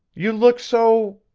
you look so.